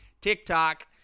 TikTok